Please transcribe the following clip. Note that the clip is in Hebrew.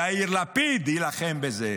יאיר לפיד יילחם בזה.